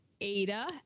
Ada